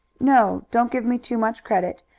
no! don't give me too much credit.